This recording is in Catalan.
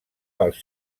pels